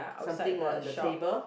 something on the table